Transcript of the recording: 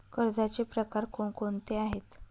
कर्जाचे प्रकार कोणकोणते आहेत?